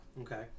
Okay